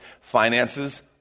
Finances